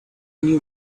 new